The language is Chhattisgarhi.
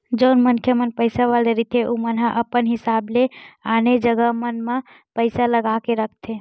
जउन मनखे मन पइसा वाले रहिथे ओमन ह अपन हिसाब ले आने आने जगा मन म पइसा लगा के रखथे